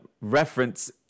reference